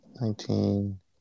Nineteen